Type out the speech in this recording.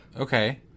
Okay